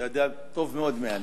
אתה יודע טוב מאוד מי אני.